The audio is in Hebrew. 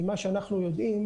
ממה שאנחנו יודעים,